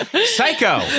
Psycho